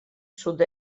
sud